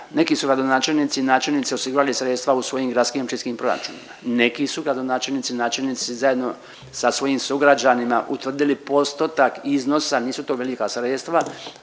neki su gradonačelnici i načelnici osigurali sredstva u svojim gradskim i općinskim proračunima, neki su gradonačelnici i načelnici zajedno sa svojim sugrađanima utvrdili postotak iznosa, nisu to velika sredstva,